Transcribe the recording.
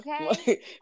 Okay